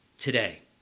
Today